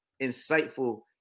insightful